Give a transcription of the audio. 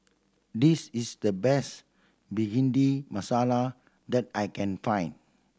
this is the best Bhindi Masala that I can find